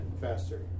faster